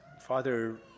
Father